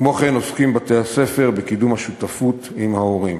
כמו כן עוסקים בתי-הספר בקידום השותפות עם ההורים.